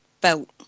belt